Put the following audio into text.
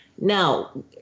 Now